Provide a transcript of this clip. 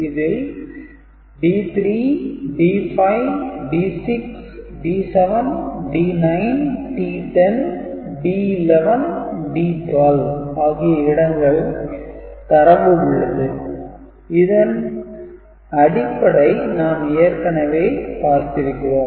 இதில் D3 D5 D6 D7 D9 D10 D11 D12 ஆகிய இடங்களில் தரவு உள்ளது இதன் அடுயப்படை நாம் ஏற்கனவே பார்த்திருக்கிறோம்